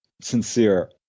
sincere